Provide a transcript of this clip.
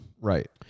Right